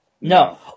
No